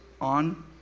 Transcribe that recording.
on